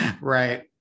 right